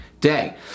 day